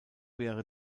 wäre